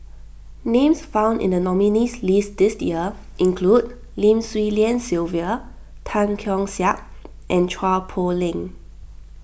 names found in the nominees' list this year include Lim Swee Lian Sylvia Tan Keong Saik and Chua Poh Leng